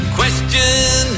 question